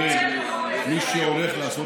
אנחנו שומרים על החוק,